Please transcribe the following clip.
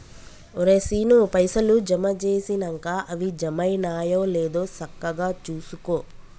ఒరే శీనూ, పైసలు జమ జేసినంక అవి జమైనయో లేదో సక్కగ జూసుకో